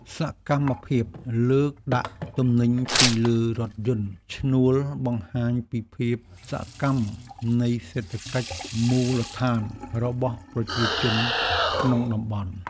សកម្មភាពលើកដាក់ទំនិញពីលើរថយន្តឈ្នួលបង្ហាញពីភាពសកម្មនៃសេដ្ឋកិច្ចមូលដ្ឋានរបស់ប្រជាជនក្នុងតំបន់។